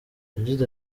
yagize